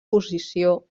posició